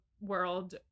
world